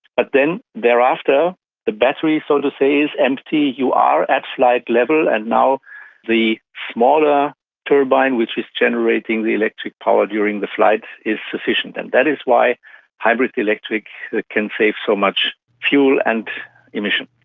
but then thereafter the battery, so to say, is empty, you are at flight level, and now the smaller turbine which is generating the electric power during the flight is sufficient. and that is why hybrid electric can save so much fuel and emission.